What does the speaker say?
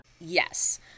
Yes